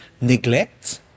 neglect